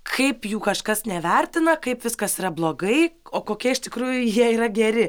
kaip jų kažkas nevertina kaip viskas yra blogai o kokia iš tikrųjų jie yra geri